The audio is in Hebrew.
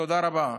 תודה רבה.